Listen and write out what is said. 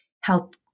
help